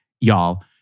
Y'all